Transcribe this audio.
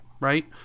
right